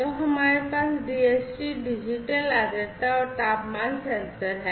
तो हमारे पास DHT डिजिटल आर्द्रता और तापमान सेंसर है